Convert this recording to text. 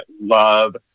love